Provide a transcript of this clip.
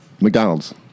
McDonald's